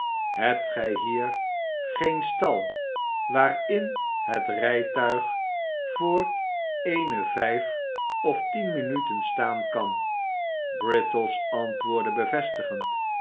hebt gij hier geen stal waarin het rijtuig voor eene vijf of tien minuten staan kan brittles antwoordde bevestigend